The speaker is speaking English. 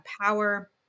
power